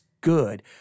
good